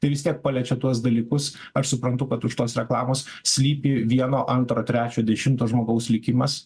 tai vis tiek paliečia tuos dalykus aš suprantu kad už tos reklamos slypi vieno antro trečio dešimto žmogaus likimas